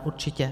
Určitě.